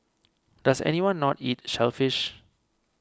does anyone not eat shellfish